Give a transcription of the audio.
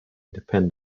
depend